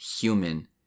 human